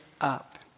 up